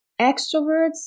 Extroverts